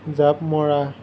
জাঁপ মৰা